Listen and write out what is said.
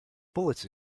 bullets